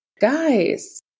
Guys